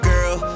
Girl